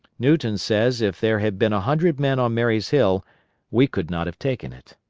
newton says if there had been a hundred men on marye's hill we could not have taken it.